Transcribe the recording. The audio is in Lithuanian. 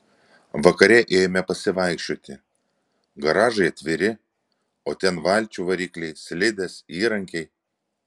vakare ėjome pasivaikščioti garažai atviri o ten valčių varikliai slidės įrankiai